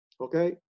Okay